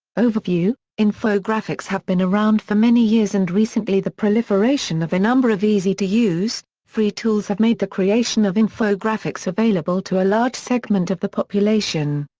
overview infographics have been around for many years and recently the proliferation of a number of easy-to-use, free tools have made the creation of infographics available to a large segment of the population.